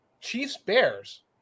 Chiefs-Bears